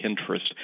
interest